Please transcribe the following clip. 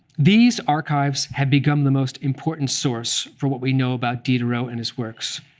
these archives have become the most important source for what we know about diderot and his works.